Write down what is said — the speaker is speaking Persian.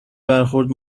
برخورد